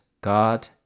God